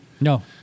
No